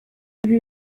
ibi